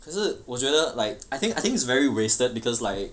可是我觉得 like I think I think it's very wasted because like